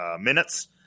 minutes